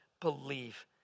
believe